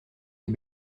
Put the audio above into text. des